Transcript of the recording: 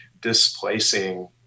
displacing